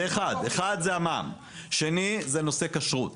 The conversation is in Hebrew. אחד זה המע"מ, שני זה נושא הכשרות.